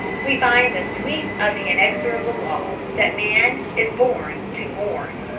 we find the sweep of the inexorable law, that man is born to mourn.